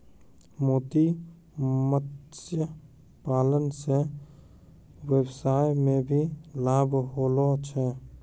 मोती मत्स्य पालन से वेवसाय मे भी लाभ होलो छै